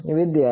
વિદ્યાર્થી